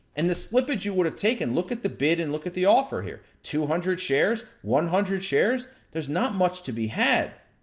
and the slippage you would have taken, look at the bid and look at the offer here two hundred shares, one hundred shares, there's not much to be had.